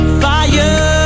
fire